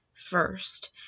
First